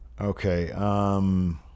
Okay